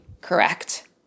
Correct